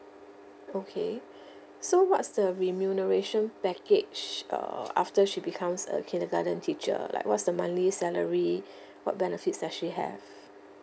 okay so what's the remuneration package err after she becomes a kindergarten teacher like what's the monthly salary what benefits does she have